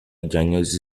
diagnosi